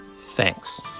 Thanks